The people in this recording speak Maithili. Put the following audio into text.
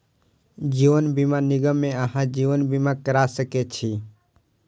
जीवन बीमा निगम मे अहाँ जीवन बीमा करा सकै छी